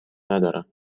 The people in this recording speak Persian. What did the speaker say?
ندارن